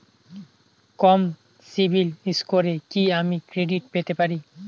কম সিবিল স্কোরে কি আমি ক্রেডিট পেতে পারি?